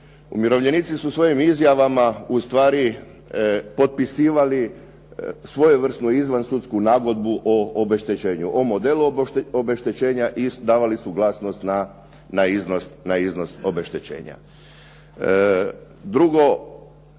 Umirovljenici su svojim izjavama ustvari potpisivali svojevrsnu izvnsudsku nagodbu o obeštećenju, o modelu obeštećenja davali suglasnost na iznos obeštećenja. Drogo,